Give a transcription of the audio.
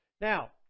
Now